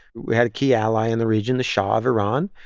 we had a key ally in the region the shah of iran.